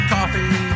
Coffee